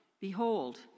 Behold